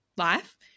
life